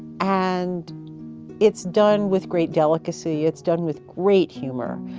and it's done with great delicacy, it's done with great humor.